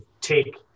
take